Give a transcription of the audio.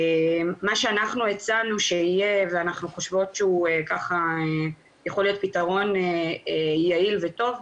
מה שהצענו שיהיה ואנחנו חושבות שהוא יכול להיות פתרון יעיל וטוב,